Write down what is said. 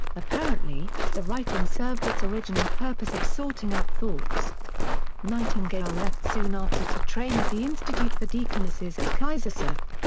apparently, the writing served its original purpose of sorting out thoughts nightingale left soon after to train at the institute for deaconesses at kaiserswerth.